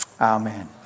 Amen